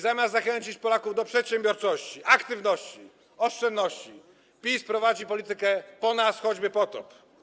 Zamiast zachęcić Polaków do przedsiębiorczości, aktywności, oszczędności, PiS prowadzi politykę: po nas choćby potop.